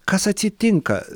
kas atsitinka